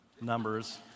numbers